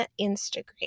Instagram